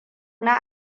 na